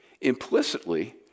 implicitly